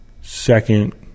second